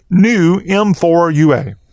newm4ua